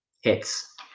Hits